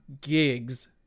gigs